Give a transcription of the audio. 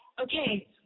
okay